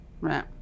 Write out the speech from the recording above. Right